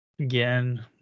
Again